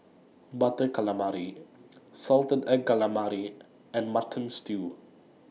Butter Calamari Salted Egg Calamari and Mutton Stew